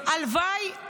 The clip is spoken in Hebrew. הלוואי,